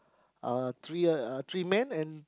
uh three uh three man and